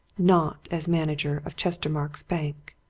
not as manager of chestermarke's bank.